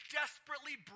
desperately